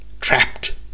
trapped